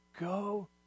Go